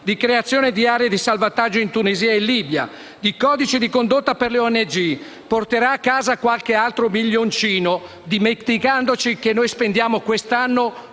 di creazione di aree di salvataggio in Tunisia e in Libia, di codici di condotta per le ONG. Porterà a casa qualche altro milioncino, dimenticando che noi spendiamo quest'anno